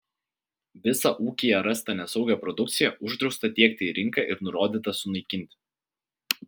visą ūkyje rastą nesaugią produkciją uždrausta tiekti į rinką ir nurodyta sunaikinti